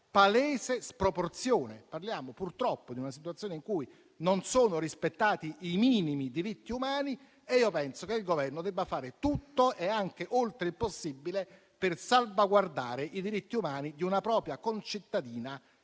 palese sproporzione. Parliamo purtroppo di una situazione in cui non sono rispettati i minimi diritti umani e io penso che il Governo debba fare tutto e anche oltre il possibile per salvaguardare i diritti umani di una propria concittadina che